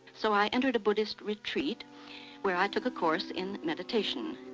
so i entered a buddhist retreat where i took a course in meditation.